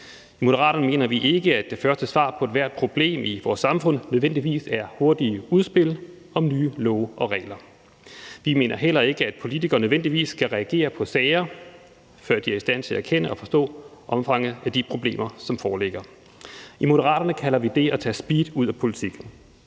I Moderaterne mener vi ikke, at det første svar på ethvert problem i vores samfund nødvendigvis er hurtige udspil om nye love og regler. Vi mener heller ikke, at politikerne nødvendigvis skal reagere på sager, før de er i stand til at erkende og forstå omfanget af de problemer, som foreligger. I Moderaterne kalder vi det at tage speed ud af politik.